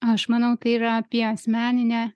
aš manau tai yra apie asmeninę